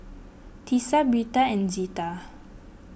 Tisa Birtha and Zita